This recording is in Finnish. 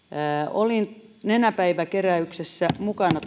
olin nenäpäivä keräyksessä mukana